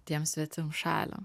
tiems svetimšaliam